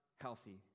healthy